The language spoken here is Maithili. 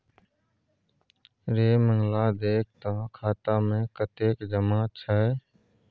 रे मंगला देख तँ खाता मे कतेक जमा छै